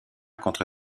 contre